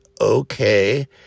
okay